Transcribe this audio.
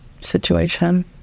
situation